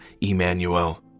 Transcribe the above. Emmanuel